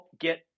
get